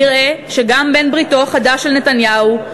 נראה שגם בן-בריתו החדש של נתניהו,